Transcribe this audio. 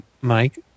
Mike